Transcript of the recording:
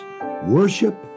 worship